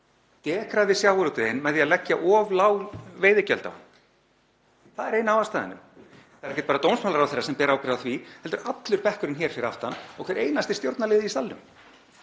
dekrað við sjávarútveginn með því að leggja of lág veiðigjöld á hann. Það er ein af ástæðunum. Það er ekki bara dómsmálaráðherra sem ber ábyrgð á því heldur allur bekkurinn hér fyrir aftan og hver einasti stjórnarliði í salnum.